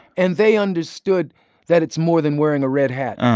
and they understood that it's more than wearing a red hat.